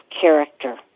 character